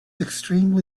extremely